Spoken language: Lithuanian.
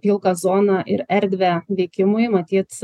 pilką zoną ir erdvę veikimui matyt